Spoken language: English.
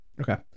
Okay